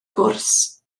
gwrs